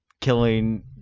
killing